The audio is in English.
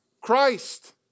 Christ